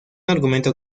argumento